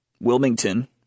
Wilmington